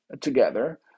together